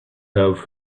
have